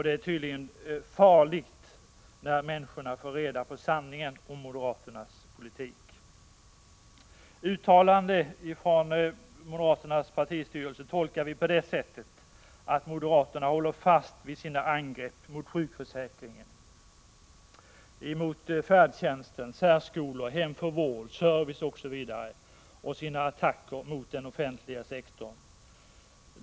Det är tydligen farligt när människorna får reda på sanningen om moderaternas politik. Uttalandet inför moderaternas partistyrelse tolkar vi på det sättet, att moderaterna håller fast vid sina angrepp mot sjukförsäkring, färdtjänst, särskolor, hem för vård, service osv. och vid sina attacker mot den offentliga sektorn.